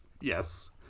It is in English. Yes